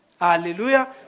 Hallelujah